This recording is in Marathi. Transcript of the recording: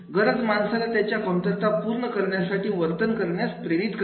गरज माणसाला त्याच्या कमतरता पूर्ण करण्यासाठी वर्तन करण्यास प्रेरित करते